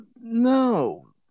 no